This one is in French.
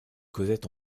causette